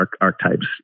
archetypes